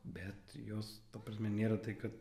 bet jos ta prasme nėra tai kad